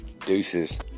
Deuces